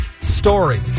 story